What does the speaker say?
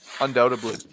Undoubtedly